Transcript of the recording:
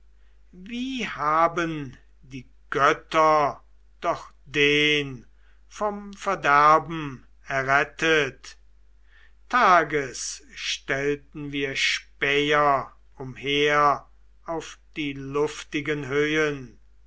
wie haben die götter doch den vom verderben errettet tages stellten wir späher umher auf die luftigen höhen